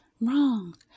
Wrong